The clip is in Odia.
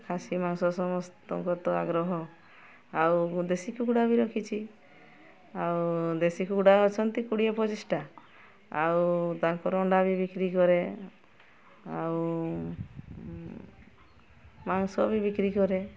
ଖାସି ମାଂସ ସମସ୍ତଙ୍କ ତ ଆଗ୍ରହ ଆଉ ଦେଶୀ କୁକୁଡ଼ା ବି ରଖିଛି ଆଉ ଦେଶୀ କୁକୁଡ଼ା ଅଛନ୍ତି କୋଡ଼ିଏ ପଚିଶଟା ଆଉ ତାଙ୍କର ଅଣ୍ଡା ବି ବିକ୍ରି କରେ ଆଉ ମାଂସ ବି ବିକ୍ରି କରେ